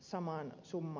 samaan summaan